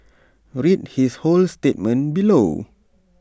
read his whole statement below